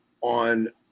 on